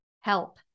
help